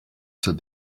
said